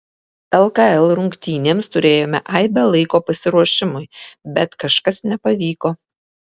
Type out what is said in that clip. lkl rungtynėms turėjome aibę laiko pasiruošimui bet kažkas nepavyko